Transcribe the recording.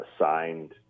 signed